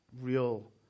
real